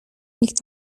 nikt